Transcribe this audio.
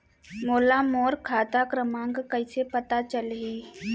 मोला मोर खाता क्रमाँक कइसे पता चलही?